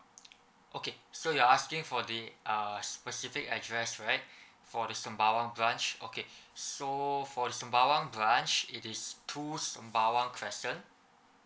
okay so you're asking for the uh specific address right for the sembawang branch okay so for the sembawang branch it is two sembawang crescent